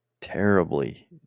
terribly